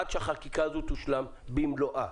עד שהחקיקה הזאת תושלם במלואה.